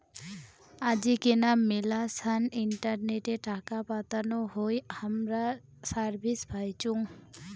আজিকেনা মেলাছান ইন্টারনেটে টাকা পাতানো হই হামরা সার্ভিস পাইচুঙ